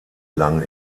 lang